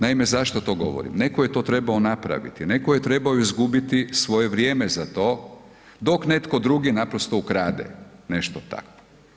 Naime, zašto to govorim, netko je to trebao napraviti, netko je trebao izgubiti svoje vrijeme za to dok netko drugi naprosto ukrade nešto takvo.